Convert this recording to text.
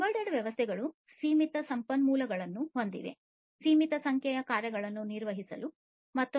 embedded ವ್ಯವಸ್ಥೆಗಳು ಸೀಮಿತ ಸಂಖ್ಯೆಯ ಕಾರ್ಯಗಳನ್ನು ನಿರ್ವಹಿಸಲು ಸೀಮಿತ ಸಂಪನ್ಮೂಲಗಳನ್ನು ಹೊಂದಿವೆ